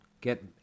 get